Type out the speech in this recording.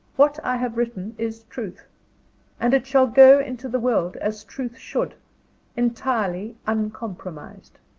what i have written is truth and it shall go into the world as truth should entirely uncompromised.